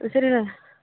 sir